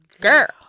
girl